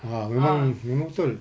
ah memang memang betul